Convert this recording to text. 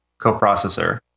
coprocessor